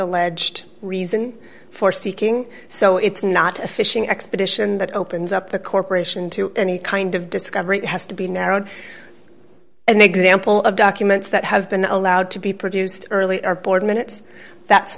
alleged reason for seeking so it's not a fishing expedition that opens up the corporation to any kind of discovery has to be narrowed and example of documents that have been allowed to be produced early are board minutes that's